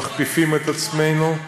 מכפיפים את עצמנו,